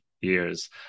years